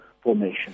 formation